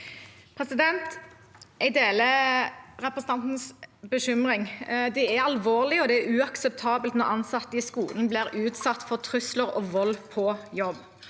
Jeg deler representantens bekymring. Det er alvorlig, og det er uakseptabelt når ansatte i skolen blir utsatt for trusler og vold på jobb.